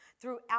throughout